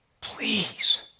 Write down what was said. please